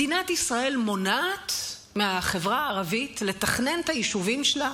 מדינת ישראל מונעת מהחברה הערבית לתכנן את היישובים שלה,